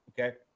Okay